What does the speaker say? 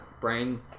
brain